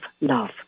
love